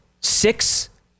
six